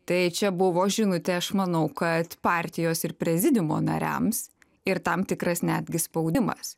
tai čia buvo žinutė aš manau kad partijos ir prezidiumo nariams ir tam tikras netgi spaudimas